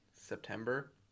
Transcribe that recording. September